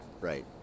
right